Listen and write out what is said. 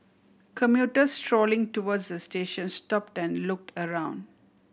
commuters strolling towards the station stopped and looked around